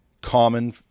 common